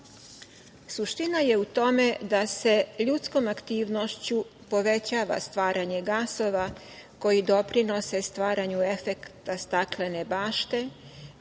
je u tome da se ljudskom aktivnošću povećava stvaranje gasova koji doprinose stvaranju efekta staklene bašte